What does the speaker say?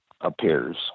appears